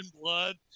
blood